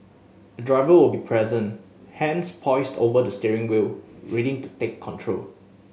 a driver will be present hands poised over the steering wheel ready to take control